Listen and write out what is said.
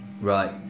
Right